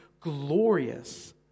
glorious